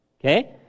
okay